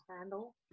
handle